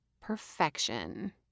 Perfection